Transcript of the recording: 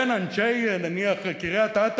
בין אנשי קריית-אתא,